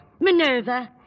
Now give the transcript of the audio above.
Minerva